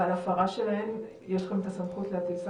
ועל הפרה שלהם יש לכם את הסמכות להטיל סנקציות?